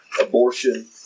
abortion